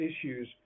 issues